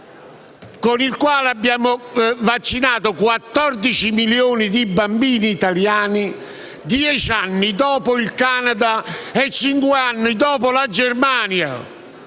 con il quale abbiamo vaccinato 14 milioni di bambini italiani, dieci anni dopo il Canada e cinque anni dopo la Germania.